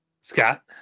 Scott